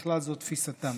בכלל, זו תפיסתם.